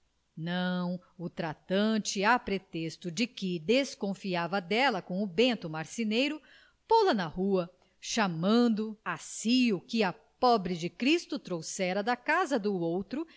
não o tratante a pretexto de que desconfiava dela com o bento marceneiro pô-la na rua chamando a si o que a pobre de cristo trouxera da casa do outro